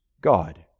God